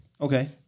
Okay